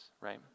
right